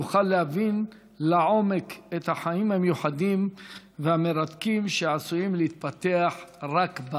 יוכל להבין לעומק את החיים המיוחדים והמרתקים שעשויים להתפתח רק בה